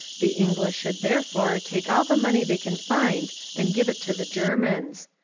the english should therefore take all the money they can find and give it to the germans.